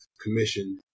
Commission